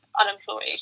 unemployed